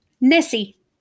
Nessie